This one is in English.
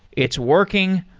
it's working,